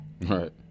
Right